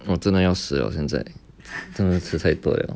我真的要死了现在真的吃太多了